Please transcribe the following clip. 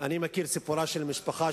אני מכיר סיפורה של משפחה,